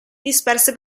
disperse